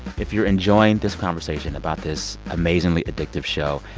if you're enjoying this conversation about this amazingly addictive show,